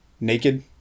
naked